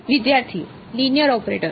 વિદ્યાર્થી linear operator